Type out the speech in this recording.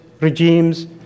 regimes